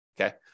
Okay